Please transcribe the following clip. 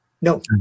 No